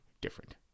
different